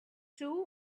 two